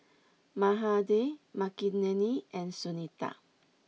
Mahade Makineni and Sunita